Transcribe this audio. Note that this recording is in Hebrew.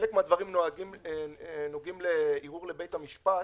חלק מהדברים נוגעים לערעור לבית המשפט,